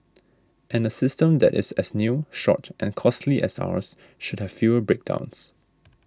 and a system that is as new short and costly as ours should have fewer breakdowns